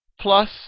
plus